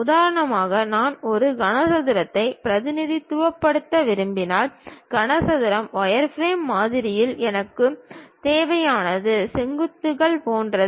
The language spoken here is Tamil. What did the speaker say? உதாரணமாக நான் ஒரு கனசதுரத்தை பிரதிநிதித்துவப்படுத்த விரும்பினால் கனசதுரம் வயர்ஃப்ரேம் மாதிரியில் எனக்குத் தேவையானது செங்குத்துகள் போன்றது